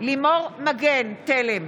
לימור מגן תלם,